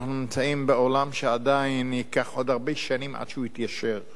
אנחנו נמצאים בעולם שייקח עוד הרבה שנים עד שהוא יתיישר.